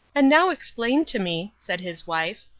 and now explain to me, said his wife,